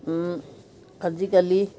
আজিকালি